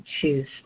choose